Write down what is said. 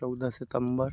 चौदह सितंबर